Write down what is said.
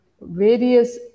various